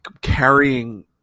carrying